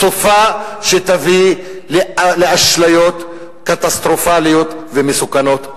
סופה שתביא לאשליות קטסטרופליות ומסוכנות.